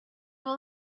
will